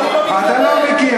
אני גם לא מתיימר.